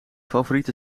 favoriete